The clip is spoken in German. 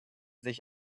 sich